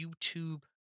YouTube